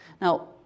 Now